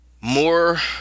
more